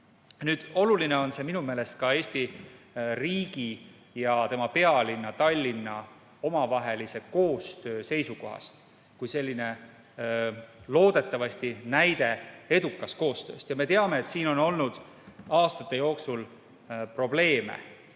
Oluline on see minu meelest ka Eesti riigi ja tema pealinna Tallinna omavahelise koostöö seisukohast, see oleks loodetavasti näide edukast koostööst. Me teame, et siin on aastate jooksul probleeme